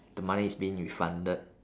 the money is being refunded